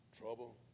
Trouble